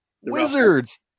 Wizards